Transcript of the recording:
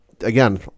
again